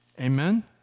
Amen